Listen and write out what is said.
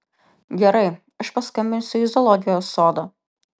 gerai aš paskambinsiu į zoologijos sodą